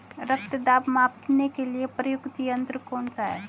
रक्त दाब मापने के लिए प्रयुक्त यंत्र कौन सा है?